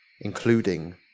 including